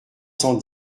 cent